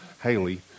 Haley